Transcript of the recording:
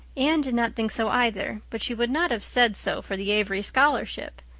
anne did not think so either, but she would not have said so for the avery scholarship.